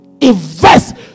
Invest